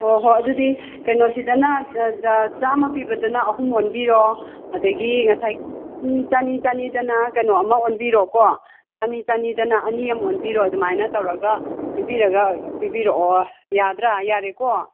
ꯍꯣꯏ ꯍꯣꯏ ꯑꯗꯨꯗꯤ ꯀꯩꯅꯣꯁꯤꯗꯅ ꯆꯥꯝꯃ ꯄꯤꯕꯗꯅ ꯑꯍꯨꯝ ꯑꯣꯟꯕꯤꯔꯣ ꯑꯗꯒꯤ ꯉꯁꯥꯏꯒꯤ ꯆꯅꯤ ꯆꯅꯤ ꯆꯅꯤꯗꯅ ꯀꯩꯅꯣ ꯑꯃ ꯑꯣꯟꯕꯤꯔꯣꯀꯣ ꯆꯅꯤ ꯆꯅꯤꯗꯅ ꯑꯅꯤ ꯑꯃ ꯑꯣꯟꯕꯤꯔꯣ ꯑꯗꯨꯃꯥꯏꯅ ꯇꯧꯔꯒ ꯄꯤꯕꯤꯔꯒ ꯄꯤꯕꯤꯔꯛꯑꯣ ꯌꯥꯗ꯭ꯔꯥ ꯌꯥꯔꯦꯀꯣ